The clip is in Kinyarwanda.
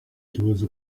kibazo